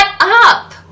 up